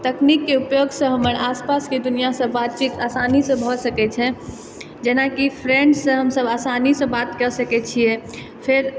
तकनीकके उपयोगसँ हमर आसपासके दुनिआँसँ बातचीत आसानीसँ भऽ सकै छै जेनाकि फ्रेंडसँ हमसब आसानीसँ बात कए सकै छियै फेर